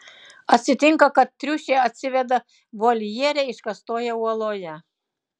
atsitinka kad triušė atsiveda voljere iškastoje uoloje